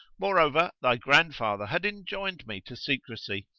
more over, thy grandfather had enjoined me to secrecy,